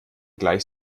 gleich